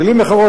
במלים אחרות,